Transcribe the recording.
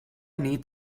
nit